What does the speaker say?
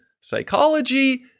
psychology